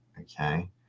okay